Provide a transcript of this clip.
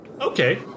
Okay